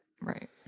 Right